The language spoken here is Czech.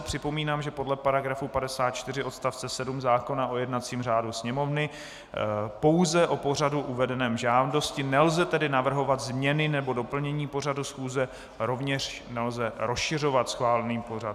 Připomínám, že podle § 54 odst. 7 zákona o jednacím řádu Sněmovny lze rozhodnout pouze o pořadu uvedeném v žádosti, nelze tedy navrhovat změny nebo doplnění pořadu schůze, rovněž nelze rozšiřovat schválený pořad.